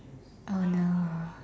oh no